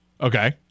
Okay